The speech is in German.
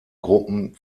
gruppen